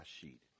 sheet